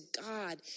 God